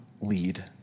lead